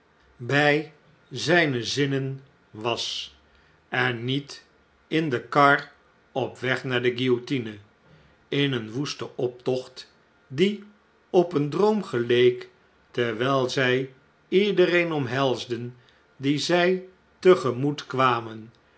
by zgne zinnen was en niet in de kar op weg naar de guillotine in een woesten optocht die op een droom geleek terwijl zjj iedereen omhelsden dien zjj te gemoet kwamen